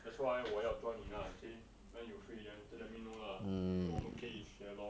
that's why 我要 join 你 lah then see when you free after then let me know lah then 我们可以学 lor